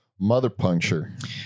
MotherPuncture